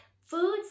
foods